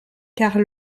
car